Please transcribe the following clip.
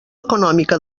econòmica